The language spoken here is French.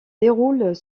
déroulent